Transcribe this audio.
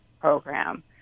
program